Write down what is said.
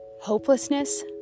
Hopelessness